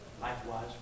likewise